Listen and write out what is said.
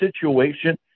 situation